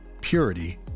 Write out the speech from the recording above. purity